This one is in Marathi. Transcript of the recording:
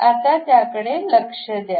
आता याकडे लक्ष द्या